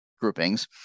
groupings